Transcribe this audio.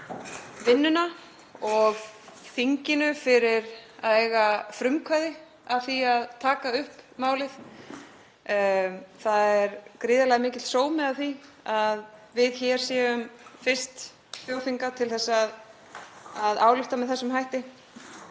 vinnunna og þinginu fyrir að eiga frumkvæði að því að taka upp málið. Það er gríðarlega mikill sómi að því að við hér séum fyrst þjóðþinga til þess að að álykta með þessum hætti.